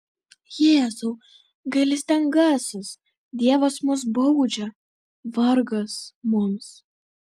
jėzau gailestingasis dievas mus baudžia vargas mums